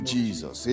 Jesus